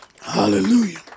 Hallelujah